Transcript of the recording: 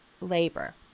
labor